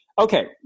okay